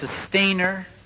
Sustainer